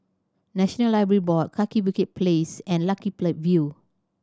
National Library Board Kaki Bukit Place and Lucky View